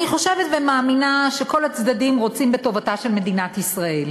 אני חושבת ומאמינה שכל הצדדים רוצים בטובתה של מדינת ישראל,